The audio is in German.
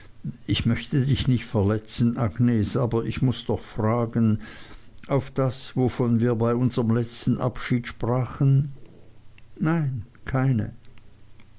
ich möchte dich nicht verletzen agnes aber ich muß doch fragen auf das wovon wir bei unserm letzten abschied sprachen nein keine